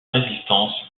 résistance